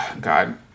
God